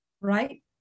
right